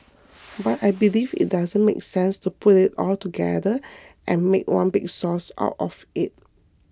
but I believe it doesn't make sense to put it all together and make one big sauce out of it